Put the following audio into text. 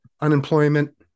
Unemployment